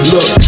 Look